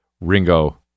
Ringo